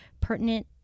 pertinent